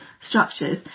structures